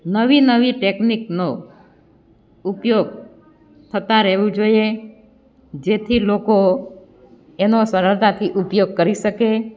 નવી નવી ટેકનિકનો ઉપયોગ થતાં રહેવો જોઈએ જેથી લોકો એનો સરળતાથી ઉપયોગ કરી શકે